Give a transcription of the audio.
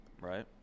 Right